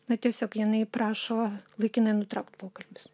na tiesiog jinai prašo laikinai nutraukt pokalbius